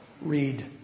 read